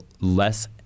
less